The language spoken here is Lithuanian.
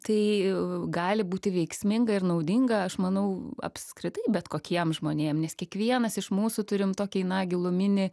tai gali būti veiksminga ir naudinga aš manau apskritai bet kokiem žmonėm nes kiekvienas iš mūsų turim tokį na giluminį